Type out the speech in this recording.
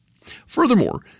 Furthermore